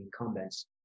incumbents